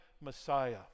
Messiah